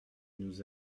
nous